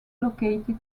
located